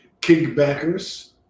Kickbackers